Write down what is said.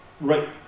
Right